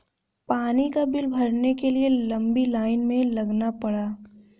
पानी का बिल भरने के लिए लंबी लाईन में लगना पड़ा